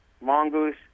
Mongoose